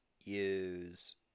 use